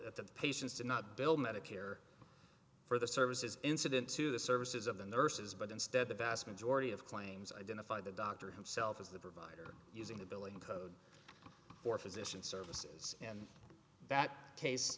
patients did not bill medicare for the services incident to the services of the nurses but instead the vast majority of claims identified the doctor himself as the provider using the billing code for physician services and that case